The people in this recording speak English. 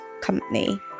company